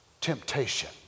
temptation